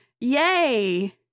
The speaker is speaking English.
Yay